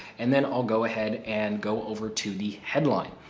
and then i'll go ahead and go over to the headline.